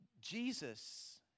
Jesus